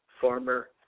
former